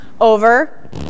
over